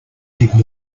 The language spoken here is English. did